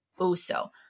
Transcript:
Uso